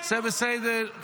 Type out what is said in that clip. זה בסדר.